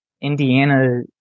Indiana